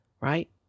Right